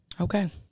Okay